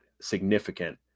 significant